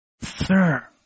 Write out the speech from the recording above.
Sir